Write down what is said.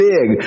Big